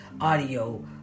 audio